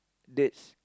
that's